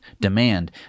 demand